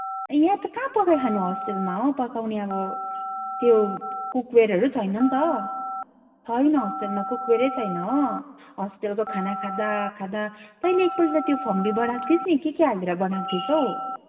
यहाँ त कहाँ पकाइ खानु होस्टेलमा हो पकाउने अब त्यो कुकवेयरहरू छैन नि त छैन होस्टेलमा कुकवेयरै छैन हो होस्टेलको खाना खाँदा खाँदा तैले एकपल्ट त्यो फम्बी बनाएको थिइस् नि के के हालेर बनाएको थिइस् हो